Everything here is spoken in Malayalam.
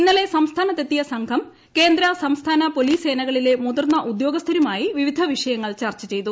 ഇന്നലെ സംസ്ഥാനത്ത് എത്തിയ സംഘം കേന്ദ്ര സംസ്ഥാന പോലീസ് സേനകളിലെ മുതിർന്ന ഉദ്യോഗസ്ഥരുമായി വിവിധ വിഷയങ്ങൾ ചർച്ച ചെയ്തു